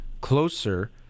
closer